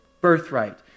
birthright